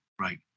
Right